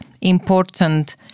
important